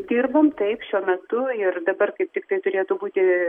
dirbom taip šiuo metu ir dabar kaip tik tai turėtų būti